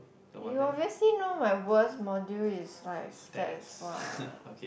you obviously know my worst module is my stats what